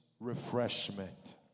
refreshment